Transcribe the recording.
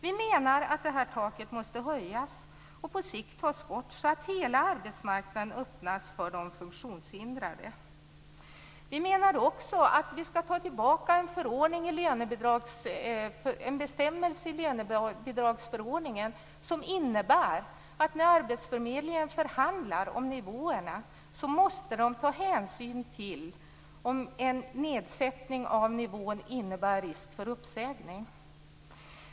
Vi menar att det här taket måste höjas och på sikt tas bort, så att hela arbetsmarknaden öppnas för de funktionshindrade. Vi menar också att vi skall ta tillbaka en bestämmelse i lönebidragsförordningen som innebär att arbetsförmedlingar, när de förhandlar om nivåerna, måste ta hänsyn till om en nedsättning av nivån innebär risk för uppsägning.